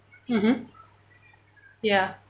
mmhmm ya